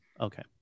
Okay